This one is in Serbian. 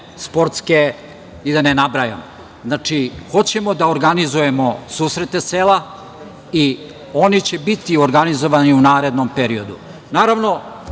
sportske i da ne nabrajam. Znači, hoćemo da organizujemo susrete sela i oni će biti organizovani u narednom periodu. Naravno,